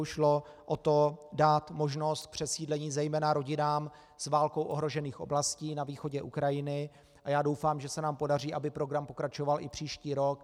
Šlo o to dát možnost přesídlení zejména rodinám z válkou ohrožených oblastí na východě Ukrajiny a já doufám, že se nám podaří, aby program pokračoval i příští rok.